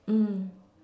mm